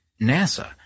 NASA